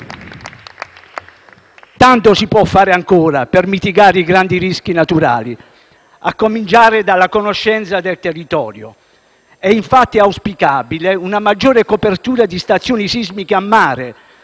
Tanto si può ancora fare per mitigare i grandi rischi naturali, a cominciare dalla conoscenza del territorio. Sono, infatti, auspicabili una maggiore copertura di stazioni sismiche a mare,